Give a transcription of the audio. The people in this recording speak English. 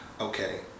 okay